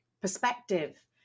perspective